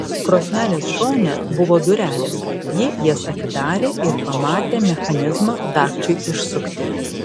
krosnelės šone buvo durelės ji jas atidarė ir pamatė mechanizmą dagčiui išsukti